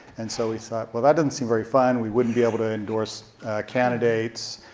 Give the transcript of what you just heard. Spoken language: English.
and so we thought well that doesn't seem very fun. we wouldn't be able to endorse candidates,